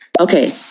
Okay